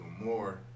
more